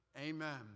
Amen